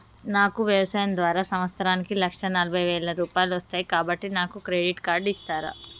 నాకు వ్యవసాయం ద్వారా సంవత్సరానికి లక్ష నలభై వేల రూపాయలు వస్తయ్, కాబట్టి నాకు క్రెడిట్ కార్డ్ ఇస్తరా?